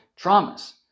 traumas